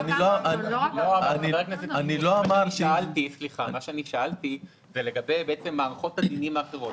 טופורובסקי) שאלתי לגבי מערכות הדינים האחרות.